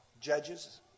Judges